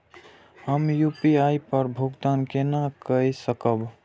हम यू.पी.आई पर भुगतान केना कई सकब?